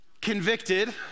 convicted